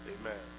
amen